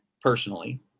personally